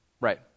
right